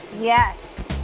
Yes